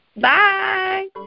Bye